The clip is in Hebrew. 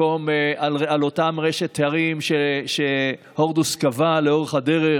מקום על אותה רשת הרים שהורדוס קבע לאורך הדרך,